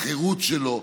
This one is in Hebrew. בחירות שלו,